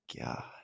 God